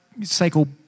cycle